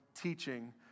teaching